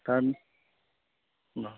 दा अ